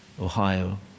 Ohio